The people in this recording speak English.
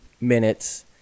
minutes